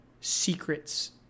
secrets